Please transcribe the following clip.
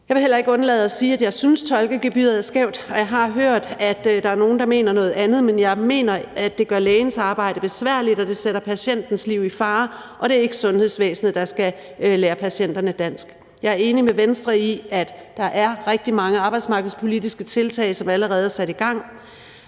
Jeg vil heller ikke undlade at sige, at jeg synes, tolkegebyret er skævt, og jeg har hørt, at der er nogle, der mener noget andet. Men jeg mener, at det gør lægens arbejde besværligt og sætter patientens liv i fare, og det er ikke sundhedsvæsenet, der skal lære patienterne dansk. Jeg er enig med Venstre i, at der er rigtig mange arbejdsmarkedspolitiske tiltag, som allerede er sat i gang,